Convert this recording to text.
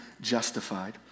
justified